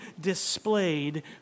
displayed